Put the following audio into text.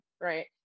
right